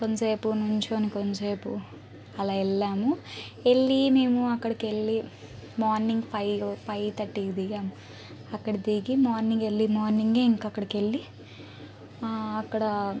కొంసేపు నుంచుని కొంసేపు అలా వెల్లాము వెల్లీ మేము అక్కడికెల్లి మార్నింగ్ ఫైవ్ ఫైవ్ థర్టీకి దిగాము అక్కడ దిగి మార్నింగ్ వెల్లీ మార్నింగే ఇంకక్కడికెల్లి ఆ అక్కడ